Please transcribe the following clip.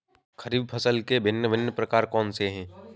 खरीब फसल के भिन भिन प्रकार कौन से हैं?